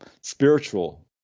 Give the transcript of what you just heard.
spiritual